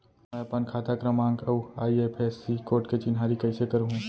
मैं अपन खाता क्रमाँक अऊ आई.एफ.एस.सी कोड के चिन्हारी कइसे करहूँ?